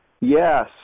yes